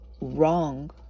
wrong